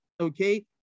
okay